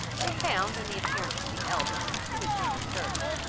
they found in the appearance of the eldest, who was nearly thirty,